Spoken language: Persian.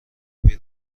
ابی